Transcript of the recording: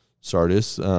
Sardis